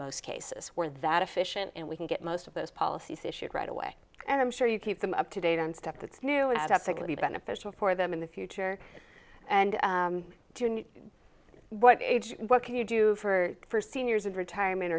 most cases where that efficient and we can get most of those policies issued right away and i'm sure you keep them up to date on stuff that's new and add up to the beneficial for them in the future and june what age what can you do for for seniors and retirement